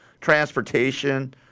transportation